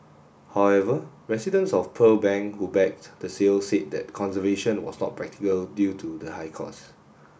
however residents of Pearl Bank who backed the sale said that conservation was not practical due to the high cost